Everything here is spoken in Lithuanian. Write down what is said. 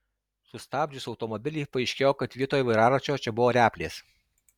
sustabdžius automobilį paaiškėjo kad vietoj vairaračio čia buvo replės